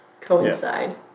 coincide